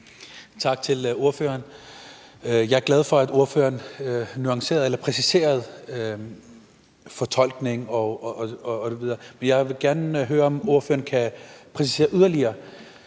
Tak til ordføreren. Jeg er glad for, at ordføreren nuancerede eller præciserede fortolkningen osv., men jeg vil gerne høre, om ordføreren kan præcisere det yderligere.